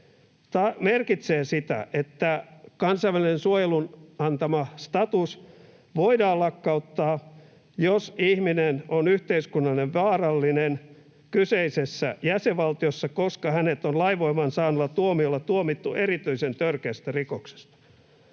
merkitsee sitä, että kansainvälisen suojelun antama status voidaan lakkauttaa, jos ihminen on ”yhteiskunnalle vaarallinen kyseisessä jäsenvaltiossa, koska hänet on lainvoiman saaneella tuomiolla tuomittu erityisen törkeästä rikoksesta”.